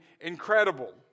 incredible